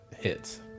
hits